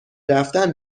رفتن